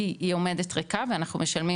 כי היא עומדת ריקה ואנחנו משלמים,